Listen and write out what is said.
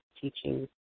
teaching